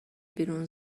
بیرون